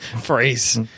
phrase